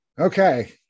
okay